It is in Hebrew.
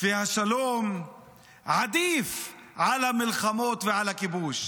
והשלום עדיף על המלחמות ועל הכיבוש.